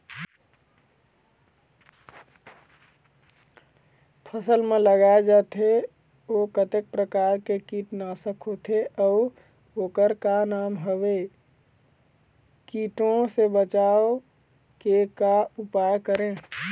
फसल म लगाए जाथे ओ कतेक प्रकार के कीट नासक होथे अउ ओकर का नाम हवे? कीटों से बचाव के का उपाय करें?